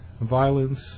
violence